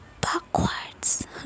backwards